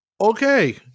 okay